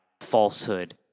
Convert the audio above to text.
falsehood